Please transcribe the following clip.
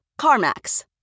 CarMax